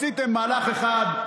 עשיתם מהלך אחד,